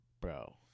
Bro